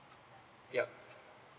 yup